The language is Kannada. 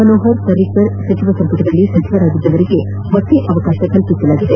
ಮನೋಹರ್ ಪರಿಕರ್ ಸಚಿವ ಸಂಪುಟದಲ್ಲಿ ಸಚಿವರಾಗಿದ್ದವರಿಗೆ ಮತ್ತೆ ಅವಕಾಶ ಕಲ್ಪಿಸಲಾಗಿದೆ